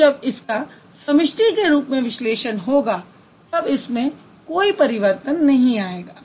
और जब इसका समष्टि के रूप में विश्लेषण होगा तब इसमें कोई परिवर्तन नहीं आयेगा